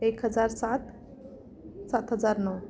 एक हजार सात सात हजार नऊ